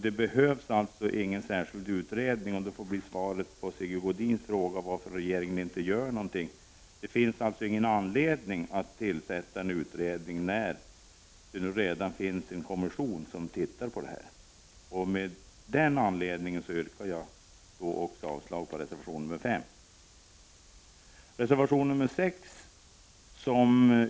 Det behövs således ingen särskild utredning. Detta får också bli svaret på Sigge Godins fråga om varför regeringen inte gör någonting. Det finns ingen anledning att tillsätta en utredning när en kommission redan undersöker frågan. Av den anledningen yrkar jag också avslag på reservation nr 5.